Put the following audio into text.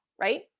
right